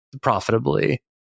profitably